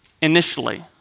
initially